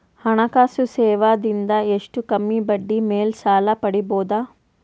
ಹಣಕಾಸು ಸೇವಾ ದಿಂದ ಎಷ್ಟ ಕಮ್ಮಿಬಡ್ಡಿ ಮೇಲ್ ಸಾಲ ಪಡಿಬೋದ?